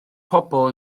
pobl